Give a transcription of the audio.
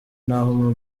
n’aho